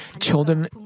Children